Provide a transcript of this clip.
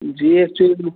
जी actually